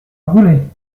brûlée